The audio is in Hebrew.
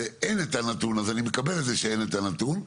ואין את הנתון הזה, אני מקבל את זה שאין את הנתון,